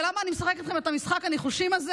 ולמה אני משחקת את משחק הניחושים הזה?